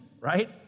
right